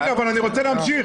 אבל אני רוצה להמשיך.